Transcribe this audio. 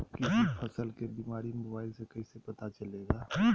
किसी फसल के बीमारी मोबाइल से कैसे पता चलेगा?